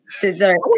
dessert